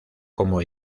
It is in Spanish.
como